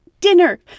dinner